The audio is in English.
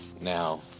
now